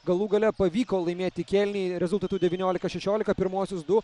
galų gale pavyko laimėti kėlinį rezultatu devyniolika šešiolika pirmuosius du